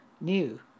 new